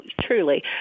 truly